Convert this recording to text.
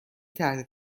تحت